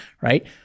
right